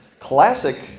classic